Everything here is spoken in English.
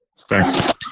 Thanks